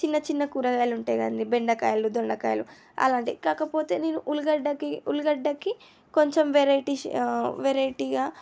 చిన్న చిన్న కూరగాయలు ఉంటాయి కదండి బెండకాయలు దొండకాయలు అలాంటివి కాకపోతే నేను ఉల్లిగడ్డకి ఉల్లిగడ్డకి కొంచెం వెరైటీ వెరైటీగా